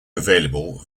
available